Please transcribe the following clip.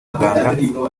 baganga